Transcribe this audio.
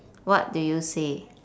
what do you say